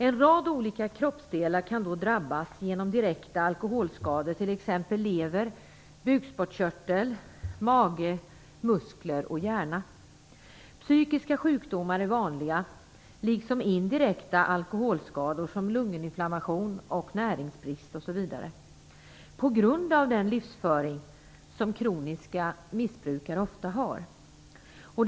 En rad olika kroppsdelar kan då drabbas genom direkta alkoholskador, t.ex. lever, bukspottkörtel, mage, muskler och hjärna. Psykiska sjukdomar är vanliga på grund av den livsföring som kroniska missbrukare ofta har. Detta gäller också indirekta alkoholskador som lunginflammation, näringsbrist osv.